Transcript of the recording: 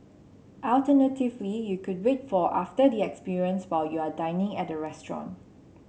alternatively you could wait for after the experience while you are dining at the restaurant